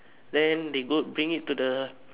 then they go bring it to the